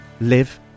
live